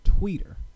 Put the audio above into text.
tweeter